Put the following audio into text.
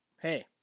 hey